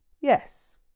Yes